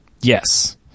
Yes